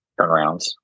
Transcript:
turnarounds